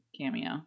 cameo